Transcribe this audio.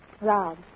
Rob